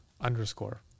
underscore